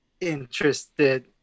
interested